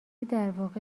درواقع